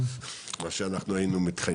מה שאנחנו היינו מתחייבים.